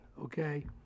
okay